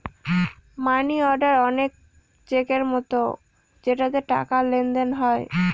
মানি order অনেক চেকের মতো যেটাতে টাকার লেনদেন হয়